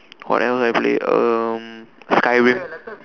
what else I play um Skyrim